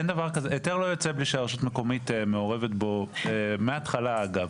אין דבר כזה היתר לא יוצא בלי שהרשות המקומית מעורבת בו מההתחלה אגב,